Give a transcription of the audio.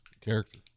character